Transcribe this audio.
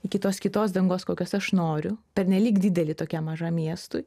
iki tos kitos dangos kokios aš noriu pernelyg didelį tokiam mažam miestui